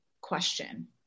question